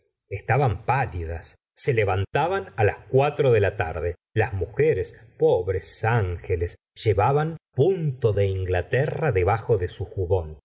flaubert pálidas se levantaban las cuatro de la tarde las mujeres pobres ángeles llevaban punto de inglaterra debajo de su jubon